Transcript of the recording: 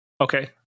Okay